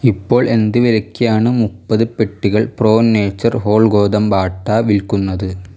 ഇപ്പോൾ എന്ത് വിലയ്ക്കാണ് മുപ്പത് പെട്ടികൾ പ്രോ നേച്ചർ ഹോൾ ഗോതമ്പ് ആട്ട വിൽക്കുന്നത്